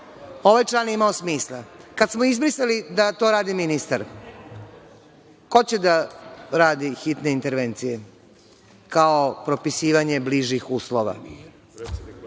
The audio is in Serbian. ovaj član je imao smisla. Kada smo izbrisali da to radi ministar, ko će da radi hitne intervencije, kao propisivanje bližih uslova?